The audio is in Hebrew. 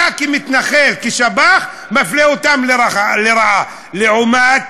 אתה, כמתנחל, כשב"ח, מפלה אותם לרעה, לעומת